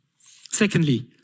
Secondly